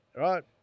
right